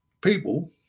people